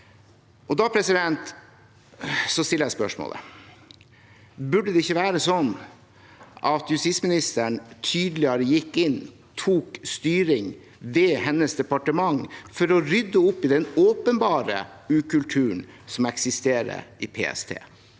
til det. Da stiller jeg spørsmålet: Burde det ikke være sånn at justisministeren tydeligere gikk inn og tok styring ved sitt departement for å rydde opp i den åpenbare ukulturen som eksisterer i PST?